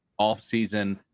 offseason